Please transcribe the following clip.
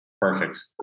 Perfect